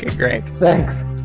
great. thanks